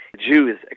Jews